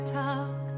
talk